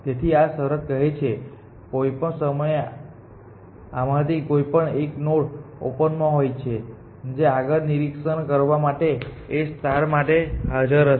તેથી આ શરત કહે છે કે કોઈપણ સમયે આમાંથી કોઈ પણ 1 નોડ ઓપનમાં હોય છેજે આગળ નિરીક્ષણ કરવા માટે A માટે હાજર હશે